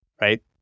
right